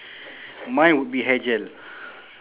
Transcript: mine would be hair gel